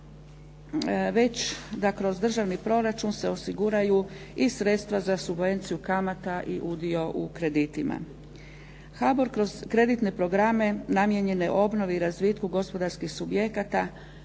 već da kroz državni proračun se osiguraju i sredstva za subvenciju kamata i udio u kreditima. HBOR kroz kreditne programe namijenjene obnovi i razvitku gospodarskih subjekata,